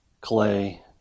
clay